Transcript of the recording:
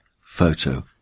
photo